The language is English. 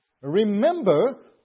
Remember